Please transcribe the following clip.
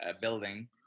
building